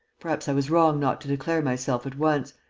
perhaps i was wrong not to declare myself at once.